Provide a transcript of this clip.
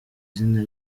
zina